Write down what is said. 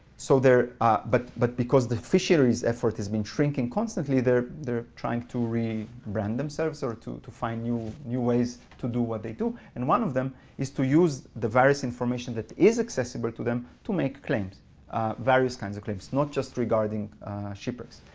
so but but because the fisheries effort has been shrinking constantly, they're they're trying to re-brand themselves, or to to find new new ways to do what they do. and one of them is to use the various information that is accessible to them to make claims various kinds of claims not just regarding shipwrecks.